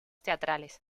teatrales